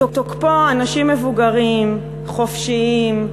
מתוקפו, אנשים מבוגרים, חופשיים,